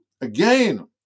again